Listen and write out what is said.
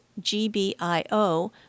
GBIO